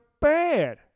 bad